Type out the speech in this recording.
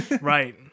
Right